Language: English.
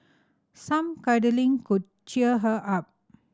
some cuddling could cheer her up